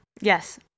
Yes